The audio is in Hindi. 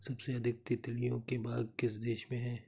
सबसे अधिक तितलियों के बाग किस देश में हैं?